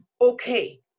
okay